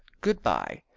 good-by,